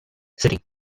city